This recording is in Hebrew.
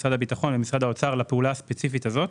משרד הביטחון ומשרד האוצר לפעולה הספציפית הזאת.